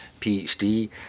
PhD